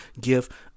give